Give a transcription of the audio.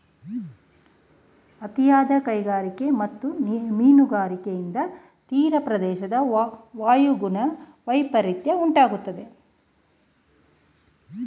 ಅತಿಯಾದ ಕೈಗಾರಿಕೆ ಮತ್ತು ಮೀನುಗಾರಿಕೆಯಿಂದ ತೀರಪ್ರದೇಶದ ವಾಯುಗುಣ ವೈಪರಿತ್ಯ ಉಂಟಾಗಿದೆ